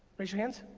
raise your hands.